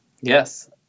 Yes